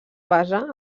basa